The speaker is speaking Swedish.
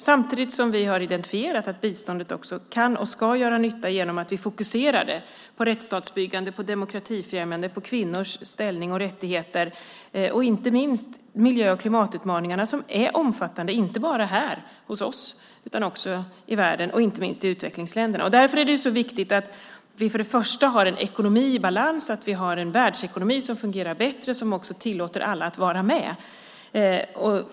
Samtidigt har vi identifierat att biståndet också kan och ska göra nytta genom att vi fokuserar det på rättsstatsbyggande, på demokratifrämjande, på kvinnors ställning och rättigheter och inte minst på miljö och klimatutmaningarna som är omfattande, inte bara här hos oss utan också i världen och inte minst i utvecklingsländerna. Därför är det så viktigt att vi först och främst har en ekonomi i balans, att vi har en världsekonomi som fungerar bättre och som också tillåter alla att vara med.